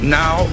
now